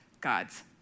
God's